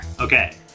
okay